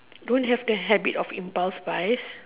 don't have the habit of impulse buy